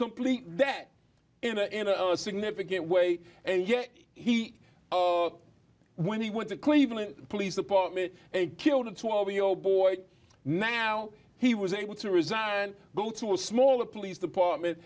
complete that in a in a significant way and yet he when he went to cleveland police department and killed a twelve year old boy now he was able to resign and go to a smaller police department